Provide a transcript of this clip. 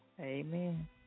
Amen